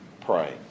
pray